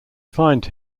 find